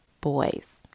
boys